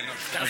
תרחיב, תרחיב.